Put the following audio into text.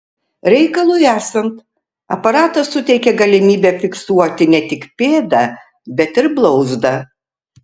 reikalui esant aparatas suteikia galimybę fiksuoti ne tik pėdą bet ir blauzdą